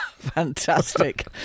fantastic